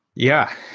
yeah.